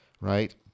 right